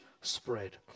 spread